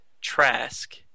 Trask